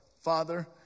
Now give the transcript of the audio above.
Father